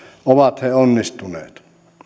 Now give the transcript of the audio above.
ovat he onnistuneet